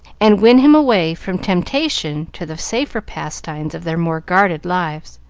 and win him away from temptation to the safer pastimes of their more guarded lives.